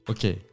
Okay